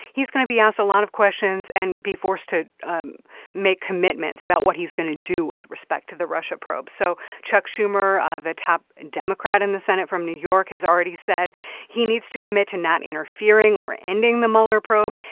he's going to be asked a lot of questions and be forced to um make commitments about what he's going to do with respect to the russia probe. so chuck schumer, the top democrat in the senate from new york, has already said he needs to commit to not interfering or ending the mueller probe.